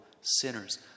sinners